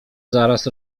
zaraz